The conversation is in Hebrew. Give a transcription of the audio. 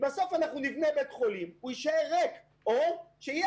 בסוף נבנה בית חולים והוא יישאר ריק או שיהיה